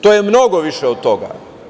To je mnogo više od toga.